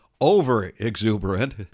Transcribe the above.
over-exuberant